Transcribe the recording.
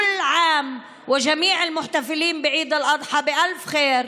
כל שנה וכל החוגגים בעיד אל-אדחא באלף טוב,